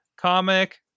comic